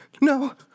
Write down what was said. No